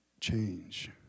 change